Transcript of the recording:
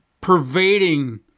pervading